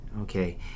Okay